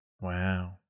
Wow